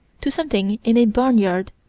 to something in a barnyard,